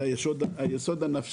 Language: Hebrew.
זה היסוד הנפשי.